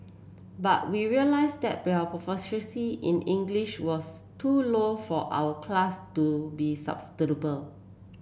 but we realised that their proficiency in English was too low for our class to be sustainable